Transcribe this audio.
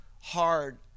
hard